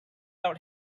out